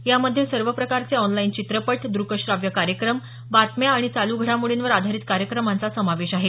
यामध्ये सर्व प्रकारचे ऑनलाईन चित्रपट दुक श्राव्य कार्यक्रम बातम्या आणि चालू घडामोडींवर आधारीत कार्यक्रमांचा समावेश आहे